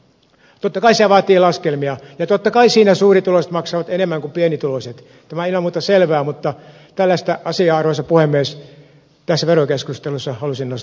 totta kai se vaatii laskelmia ja totta kai siinä suurituloiset maksavat enemmän kuin pienituloiset tämä on ilman muuta selvää mutta tällaista asiaa arvoisa puhemies tässä verokeskustelussa halusin nostaa esille